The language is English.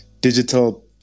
digital